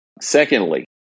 Secondly